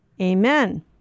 Amen